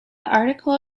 article